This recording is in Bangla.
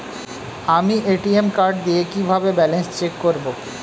আমি এ.টি.এম কার্ড দিয়ে কিভাবে ব্যালেন্স চেক করব?